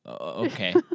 okay